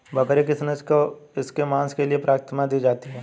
बकरी की किस नस्ल को इसके मांस के लिए प्राथमिकता दी जाती है?